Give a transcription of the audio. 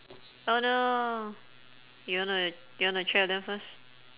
oh no you wanna you wanna check with them first